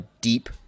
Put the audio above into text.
deep